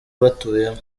batuyemo